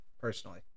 personally